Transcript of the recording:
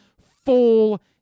full